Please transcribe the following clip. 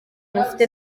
mufite